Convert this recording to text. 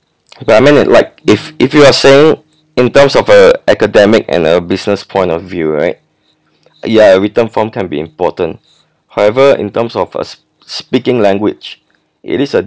but I meant it like if if you are so in terms of uh academic and a business point of view right ya a written form can be important however in terms of a sp~ speaking language it is a